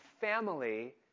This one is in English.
family